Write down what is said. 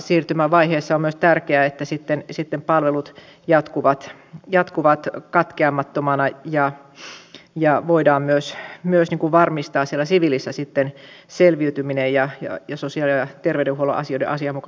siirtymävaiheessa on myös tärkeää että sitten palvelut jatkuvat katkeamattomina ja voidaan myös varmistaa sitten siellä siviilissä selviytyminen ja sosiaali ja terveydenhuollon asioiden asianmukainen hoito